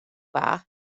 bach